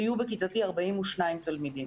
היו בכיתתי 42 תלמידים,